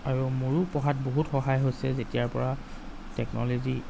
আৰু মোৰো পঢ়াত বহুত সহায় হৈছে যেতিয়াৰ পৰা টেকনল'জি